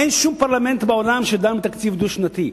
אין שום פרלמנט בעולם שדן בתקציב דו-שנתי.